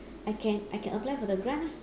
I can I can apply for grant ah